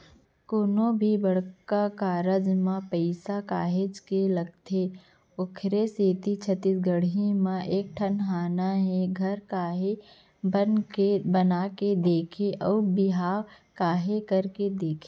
कोनो भी बड़का कारज म पइसा काहेच के लगथे ओखरे सेती छत्तीसगढ़ी म एक ठन हाना हे घर केहे बना के देख अउ बिहाव केहे करके देख